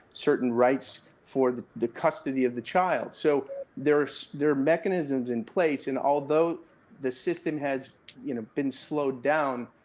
certain rights for the the custody of the child. so there are mechanisms in place. and although the system has you know been slowed down,